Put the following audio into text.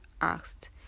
asked